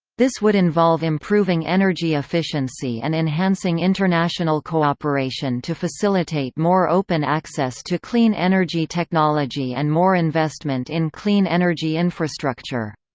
this would involve improving energy efficiency and enhancing international cooperation to facilitate more open access to clean energy technology and more investment in clean energy infrastructure.